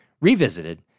revisited